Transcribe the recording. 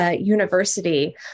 university